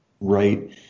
Right